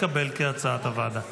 כהצעת הוועדה,